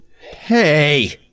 Hey